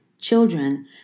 Children